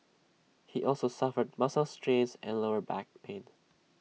he also suffered muscle strains and lower back pain